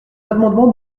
l’amendement